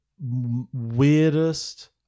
weirdest